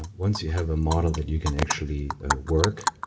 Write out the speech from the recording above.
once you have a model that you can actually work,